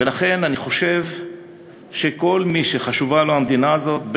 ולכן אני חושב שכל מי שחשובה לו המדינה הזאת,